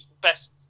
best